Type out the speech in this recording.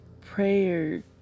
prayer